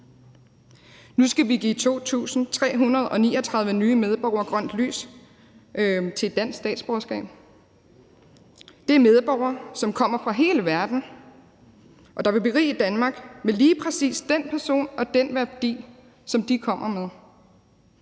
Nu skal vi give 2.339 nye medborgere grønt lys til et dansk statsborgerskab. Det er medborgere, som kommer fra hele verden, og som vil berige Danmark med lige præcis den person og den værdi, som de kommer med.